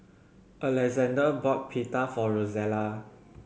Alexander bought Pita for Rosella